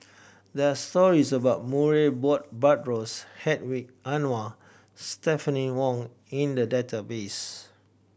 there are stories about Murray Buttrose Hedwig Anuar Stephanie Wong in the database